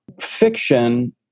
fiction